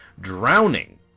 drowning